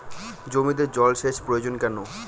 জমিতে জল সেচ প্রয়োজন কেন?